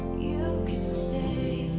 you could stay